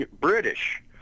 british